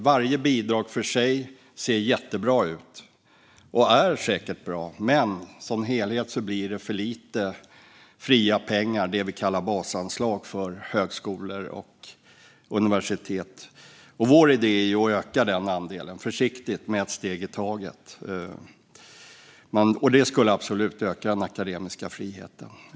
Varje bidrag för sig ser jättebra ut, och är säkert bra, men som helhet blir det för lite fria pengar - det vi kallar basanslag - för högskolor och universitet. Sverigedemokraternas idé är att öka denna andel försiktigt, med ett steg i taget. Det skulle absolut öka den akademiska friheten.